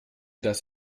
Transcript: das